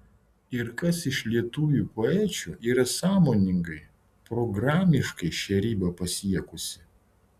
ir kas iš lietuvių poečių yra sąmoningai programiškai šią ribą pasiekusi